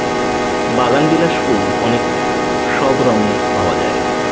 বাগানবিলাস ফুল অনেক সব রঙে পাওয়া যায়